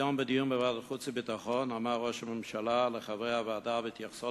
היום בדיון בוועדת החוץ והביטחון אמר ראש הממשלה לחברי הוועדה בהתייחסו